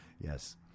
yes